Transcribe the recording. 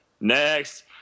Next